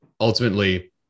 ultimately